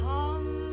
Come